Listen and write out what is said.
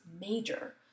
major